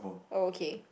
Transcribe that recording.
oh okay